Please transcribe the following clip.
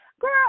Girl